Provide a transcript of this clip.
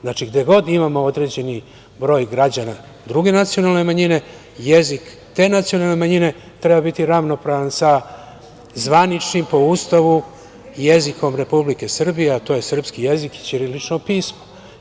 Znači, gde god imamo određeni broj građana druge nacionalne manjine, jezik te nacionalne manjine treba biti ravnopravan sa zvaničnim, po Ustavu, jezikom Republike Srbije, a to je srpski jezik i ćirilično pismo.